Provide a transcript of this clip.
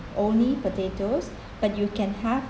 only potatoes but you can have